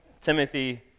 Timothy